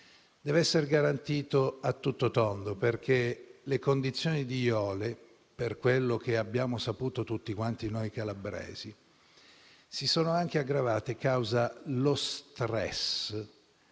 deve essere garantito a tutto tondo. Le condizioni di Jole, per quello che abbiamo saputo tutti noi calabresi, si sono anche aggravate a causa dello *stress*